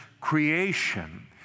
creation